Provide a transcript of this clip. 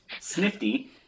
snifty